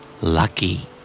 Lucky